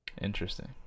Interesting